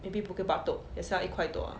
maybe bukit batok 也是要一块多 ah